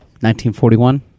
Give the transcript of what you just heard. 1941